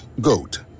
GOAT